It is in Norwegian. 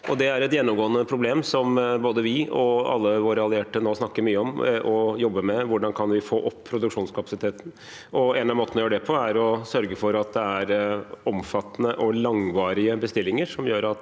Dette er et gjennomgående problem som både vi og alle våre allierte nå snakker mye om og jobber med: Hvordan kan vi få opp produksjonskapasiteten? Den ene måten å gjøre det på er å sørge for at det er omfattende og langvarige bestillinger, som gjør at